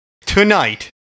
Tonight